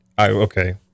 okay